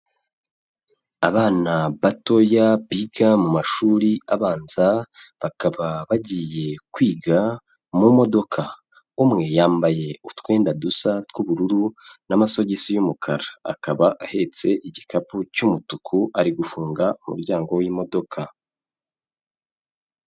Abana batoya biga mu mashuri abanza bakaba bagiye kwiga mu modoka. Umwe yambaye utwenda dusa tw'ubururu n'amasogisi y'umukara. Akaba ahetse igikapu cy'umutuku ari gufunga umuryango w'imodoka.